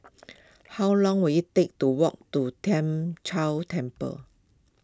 how long will it take to walk to Tien Chor Temple